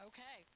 Okay